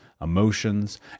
emotions